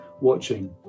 watching